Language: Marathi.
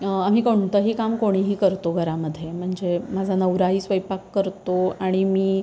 आम्ही कोणतंही काम कोणीही करतो घरामध्ये म्हणजे माझा नवराही स्वयंपाक करतो आणि मी